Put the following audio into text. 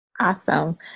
Awesome